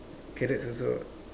carrots also